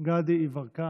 חבר הכנסת גדי יברקן,